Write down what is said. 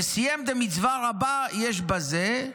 וסיים דמצווה רבה יש בזה,